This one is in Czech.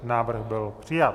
Návrh byl přijat.